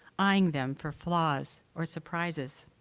eyeing them for flaws or surprises.